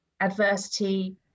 adversity